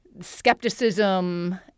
skepticism